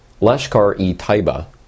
Lashkar-e-Taiba